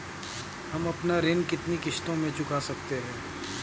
हम अपना ऋण कितनी किश्तों में चुका सकते हैं?